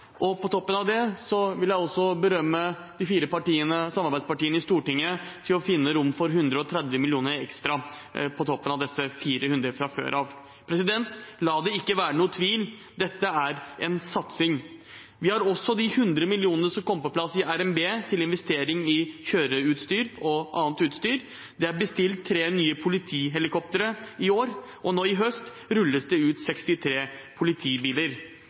ekstra på toppen av de 400 mill. kr fra før av. La det ikke være noen tvil: Dette er en satsing. Vi har også 100 mill. kr som kom på plass i revidert nasjonalbudsjett, til investering i kjøreutstyr og annet utstyr. Det er bestilt tre nye politihelikoptre i år, og nå i høst rulles det ut 63 politibiler.